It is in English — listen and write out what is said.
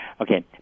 okay